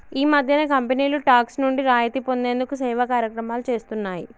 ఈ మధ్యనే కంపెనీలు టాక్స్ నుండి రాయితీ పొందేందుకు సేవా కార్యక్రమాలు చేస్తున్నాయి